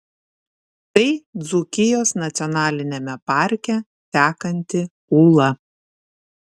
tai dzūkijos nacionaliniame parke tekanti ūla